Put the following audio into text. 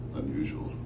unusual